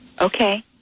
Okay